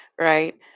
right